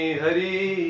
hari